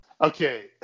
okay